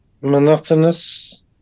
monotonous